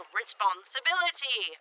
responsibility